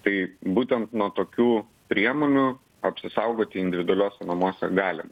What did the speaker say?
tai būtent nuo tokių priemonių apsisaugoti individualiuose namuose galime